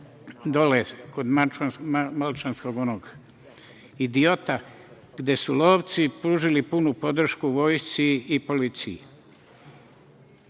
dole kod Malčanskog onog idiota, gde su lovci pružili punu podršku vojsci i policiji. Jedini